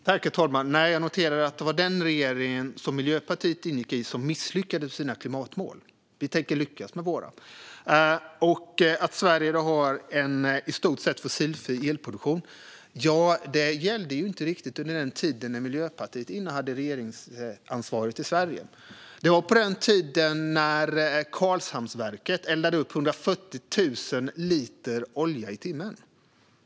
Herr talman! Jag noterade att det var den regering som Miljöpartiet ingick i som misslyckades med sina klimatmål. Vi tänker lyckas med våra. Att Sverige har en i stort sett fossilfri elproduktion gällde inte riktigt under den tid när Miljöpartiet innehade regeringsansvar i Sverige. Det var på den tiden då Karlshamnsverket eldade upp 140 000 liter olja i timmen.